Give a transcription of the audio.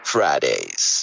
Fridays